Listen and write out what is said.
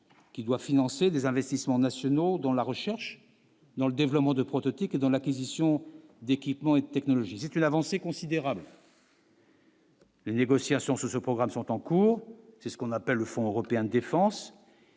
qui doit financer les investissements nationaux dans la recherche dans le développement de prototypes dans l'acquisition d'équipements et technologies c'est une avancée considérable. Les négociations sur ce programme sont en cours, c'est ce qu'on appelle le Fonds européen de défense.